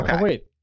Wait